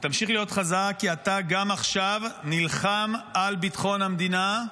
ותמשיך להיות חזק כי אתה עכשיו נלחם גם על ביטחון המדינה,